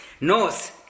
Nose